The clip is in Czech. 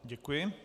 Děkuji.